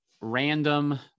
random